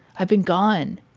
i've been gone.